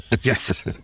yes